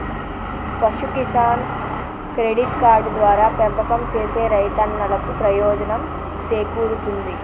పశు Kisan credit card ద్వారా పెంపకం సేసే రైతన్నలకు ప్రయోజనం సేకూరుతుంది